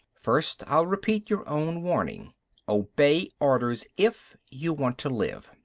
first i'll repeat your own warning obey orders if you want to live.